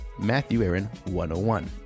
MatthewAaron101